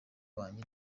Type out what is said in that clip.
wanjye